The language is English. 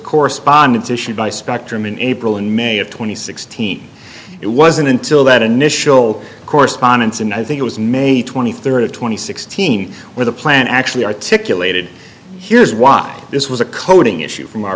correspondence issued by spectrum in april and may of two thousand and sixteen it wasn't until that initial correspondence and i think it was may twenty third of twenty sixteen where the plan actually articulated here's why this was a coding issue from our